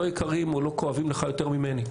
לא יקרים או לא כואבים לך יותר ממני.